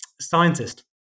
scientist